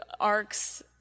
arcs